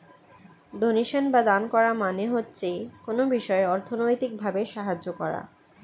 donation বা দান করা মানে হচ্ছে কোনো বিষয়ে অর্থনৈতিক ভাবে সাহায্য করা